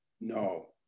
No